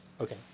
Okay